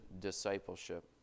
discipleship